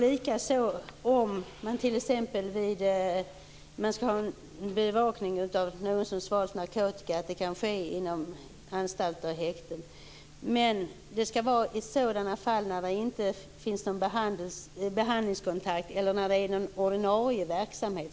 Likaså om man t.ex. skall ha bevakning av någon som har svalt narkotika kan detta ske inom anstalter och häkten. Men det skall vara i sådana fall när det inte krävs någon behandlingskontakt eller pågår ordinarie verksamhet.